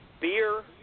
beer